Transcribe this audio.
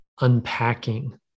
unpacking